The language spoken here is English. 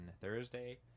Thursday